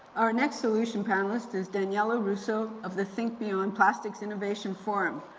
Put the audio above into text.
our next solution panelist is daniella russo of the think beyond plastics innovation forum,